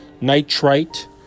nitrite